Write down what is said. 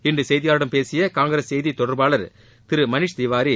இன்று செய்தியாளர்களிடம் பேசிய காங்கிரஸ் செய்தி தொடர்பாளர் திரு மணிஷ் திவாரி